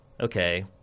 Okay